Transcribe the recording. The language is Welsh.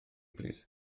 plîs